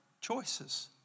choices